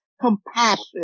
compassion